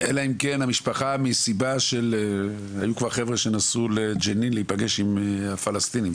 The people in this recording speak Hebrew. אלא אם כן המשפחה היו כבר חבר'ה שנסעו לג'נין להיפגש עם הפלסטינים,